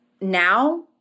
Now